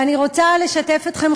אני רוצה לשתף אתכם,